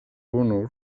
honor